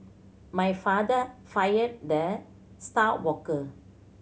my father fired the star worker